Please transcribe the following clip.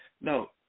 no